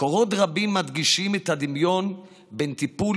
מקורות רבים מדגישים את הדמיון בין טיפול